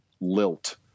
lilt